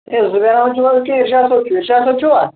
ہے گُلزار احمد چھُو کِنہٕ اِرشاد صٲب چھُ اِرشاد صٲب چھُوا